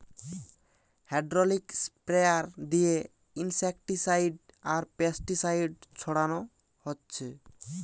hydraulic sprayer দিয়ে insecticide আর pesticide ছোড়ানা হচ্ছে